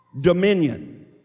dominion